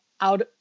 out